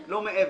לא מעבר.